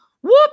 Whoop